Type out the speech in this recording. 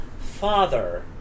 father